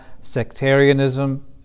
sectarianism